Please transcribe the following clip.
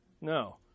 no